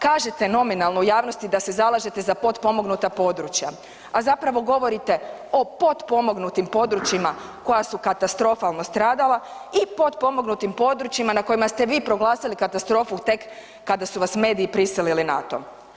Kažete, nominalno, u javnosti da se zalažete za potpomognuta područja, a zapravo govorite o potpomognutim područjima koja su katastrofalno stradala i potpomognutim područjima na kojima ste vi proglasili katastrofu tek kada su vas mediji prisilili na to.